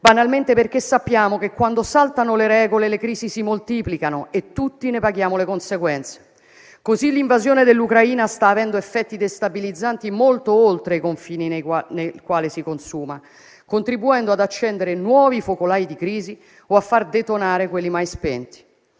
banalmente perché sappiamo che, quando saltano le regole, le crisi si moltiplicano e tutti ne paghiamo le conseguenze. In questo modo, l'invasione dell'Ucraina sta avendo effetti destabilizzanti molto oltre i confini nei quali si consuma, contribuendo ad accendere nuovi focolai di crisi o a far detonare quelli mai spenti.